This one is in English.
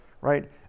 right